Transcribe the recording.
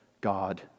God